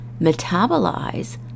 metabolize